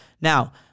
Now